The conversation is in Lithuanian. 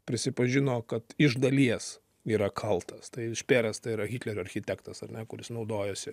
prisipažino kad iš dalies yra kaltas tai špėras tai yra hitlerio architektas ar ne kuris naudojosi